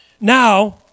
Now